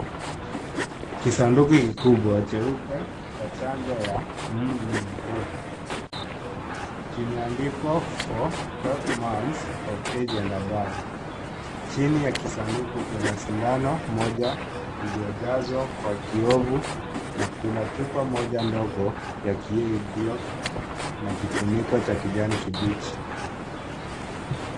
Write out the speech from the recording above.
Kisanduku kikubwa cheupe cha chanjo ya MMR,kimeandikwa For 12 months of age and above . Chini ya kisanduku, kuna sindano moja iliyojazwa kwa kiovu na kuna chupa moja ndogo ya kioo iliyo na kifuniko cha kijani kibichi.